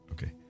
Okay